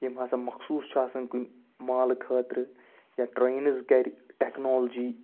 یِم ہسا مخصوٗص چھِ آسان کُنہِ مالہٕ خٲطرٕ یا ٹرٛینٕز گرِ ٹیکنالجی